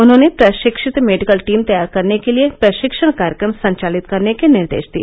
उन्होंने प्रशिक्षित medical team तैयार करने के लिए प्रशिक्षण कार्यक्रम संचालित करने के निर्देश दिए